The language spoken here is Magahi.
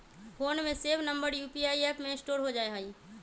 फोन में सेव नंबर यू.पी.आई ऐप में स्टोर हो जा हई